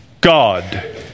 God